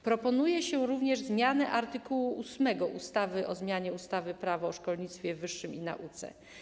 Proponuje się również zmianę art. 8 ustawy o zmianie ustawy - Prawo o szkolnictwie wyższym i nauce.